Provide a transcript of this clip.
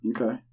Okay